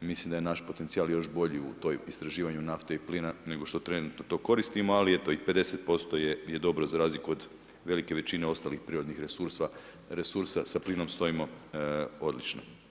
mislim da je naš potencijal još bolji u istraživanju nafte i plina nego što trenutno koristimo, ali eto i 50% je dobro za razliku od velike većine ostalih prirodnih resursa, sa plinom stojimo odlično.